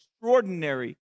extraordinary